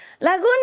Laguna